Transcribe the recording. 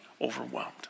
overwhelmed